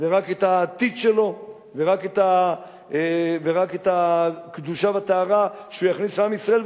ורק את העתיד שלו ורק את הקדושה והטהרה שהוא יכניס לעם ישראל,